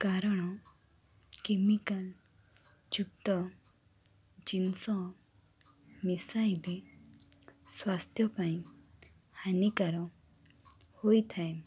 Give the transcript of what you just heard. କାରଣ କେମିକାଲ ଯୁକ୍ତ ଜିନିଷ ମିଶାଇଲେ ସ୍ୱାସ୍ଥ୍ୟ ପାଇଁ ହାନିକାର ହୋଇଥାଏ